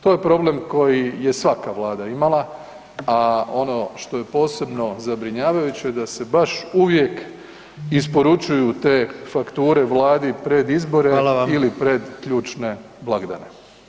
To je problem koji je svaka Vlada imala, a ono što je posebno zabrinjavajuće je da se baš uvijek isporučuju te fakture Vladi pred izbore ili pred [[Upadica: Hvala vam.]] ključne blagdane.